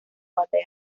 batalla